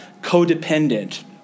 codependent